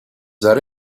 that